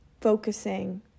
focusing